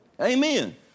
Amen